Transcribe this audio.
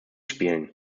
spielen